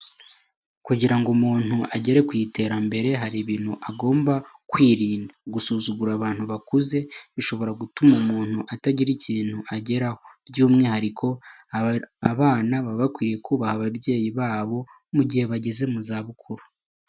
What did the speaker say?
Kugira ngo umuntu agere ku iterambere, hari ibintu agomba kwirirnda, gusugura abantu bakuze bishobira gutuma umuntu atagira ikintu ageraho, by'umwihariko abana baba bakwiye kubaha ababyeyi babo, mu gihe bageze mu zabukuru.